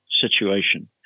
situation